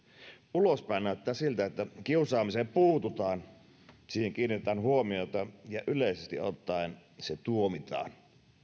ulospäin näyttää siltä että kiusaamiseen puututaan siihen kiinnitetään huomiota ja yleisesti ottaen se tuomitaan